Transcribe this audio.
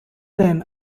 then